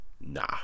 Nah